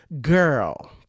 Girl